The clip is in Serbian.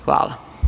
Hvala.